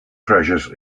treasures